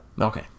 Okay